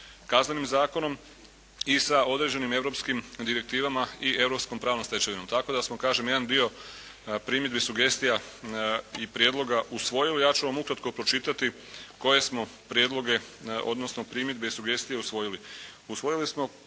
Kaznenim zakonom i sa određenim europskim direktivama i europskom pravnom stečevinom, tako da smo kažem jedan dio primjedbi, sugestija i prijedloga usvojili. Ja ću vam ukratko pročitati koje smo prijedloge odnosno primjedbe i sugestije usvojili. Usvojili smo